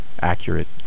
accurate